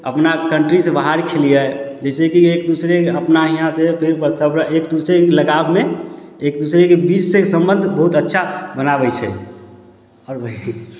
अपना कंट्री से बाहर खेलिए जाहिसऽ कि एक दूसराके अपना हियाँ से एक दूसरे के लगाब मे एक दूसरे के बीच से संबंध बहुत अच्छा बनाबै छै और वही